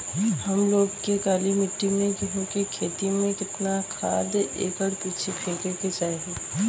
हम लोग के काली मिट्टी में गेहूँ के खेती में कितना खाद एकड़ पीछे फेके के चाही?